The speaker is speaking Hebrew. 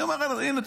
אמרתי: הינה,